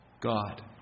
God